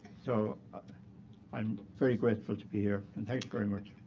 so i'm very grateful to be here, and thank you very much.